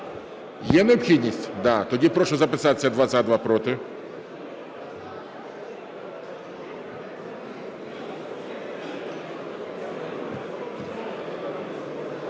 Є необхідність? Так. Тоді прошу записатися два